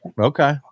Okay